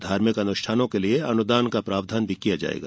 धार्मिक अनुष्ठानों के लिये अनुदान का प्रावधान भी किया जायेगा